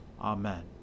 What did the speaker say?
Amen